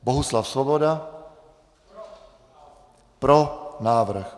Bohuslav Svoboda: Pro návrh.